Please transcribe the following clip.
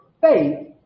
faith